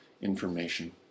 information